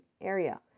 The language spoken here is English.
area